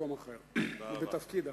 במקום אחר ובתפקיד אחר.